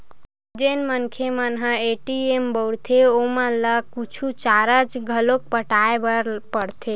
जेन मनखे मन ह ए.टी.एम बउरथे ओमन ल कुछु चारज घलोक पटाय बर परथे